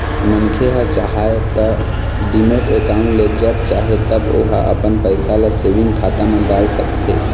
मनखे ह चाहय त डीमैट अकाउंड ले जब चाहे तब ओहा अपन पइसा ल सेंविग खाता म डाल सकथे